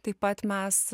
taip pat mes